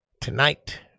Tonight